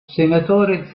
senatore